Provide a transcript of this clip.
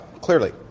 clearly